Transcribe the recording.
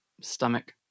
stomach